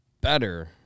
better